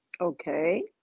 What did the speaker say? Okay